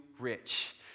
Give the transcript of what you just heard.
rich